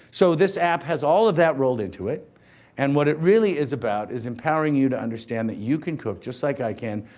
so, this app has all of that rolled into it and what it really is about is empowering you to understand that you can cook just like i can,